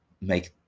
make